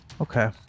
Okay